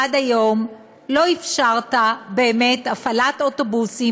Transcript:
עד היום לא אפשרת באמת הפעלת אוטובוסים